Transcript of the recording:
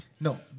No